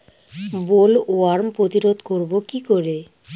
Bollworm প্রতিরোধ করব কি করে?